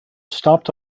stopped